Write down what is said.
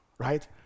Right